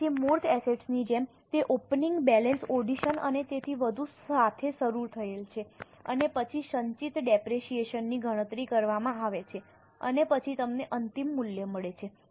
તેથી મૂર્ત એસેટ્સ ની જેમ તે ઓપનિંગ બેલેન્સ એડિશન અને તેથી વધુ સાથે શરૂ થાય છે અને પછી સંચિત ડેપરેશીયેશન ની ગણતરી કરવામાં આવે છે અને પછી તમને અંતિમ મૂલ્ય મળે છે